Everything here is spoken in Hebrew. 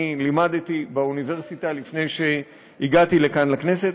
אני לימדתי באוניברסיטה לפני שהגעתי לכאן לכנסת,